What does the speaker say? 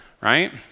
right